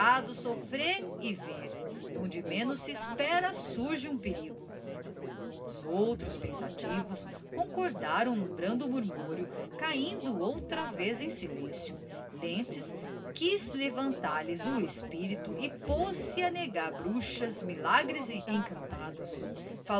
reservado soífrer e ver d'onde menos se espera surge um perigo os outros pensativos concordaram n'um brando murmúrio cahindo outra vez em silencio lentz quiz levantar lhes o espirito e poz-se a negar bruxas milagres e encantados